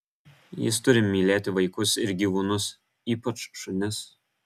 jis turi mylėti vaikus ir gyvūnus ypač šunis